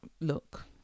look